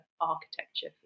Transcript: architecture